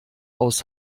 aus